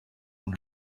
mon